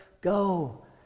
go